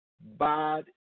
bad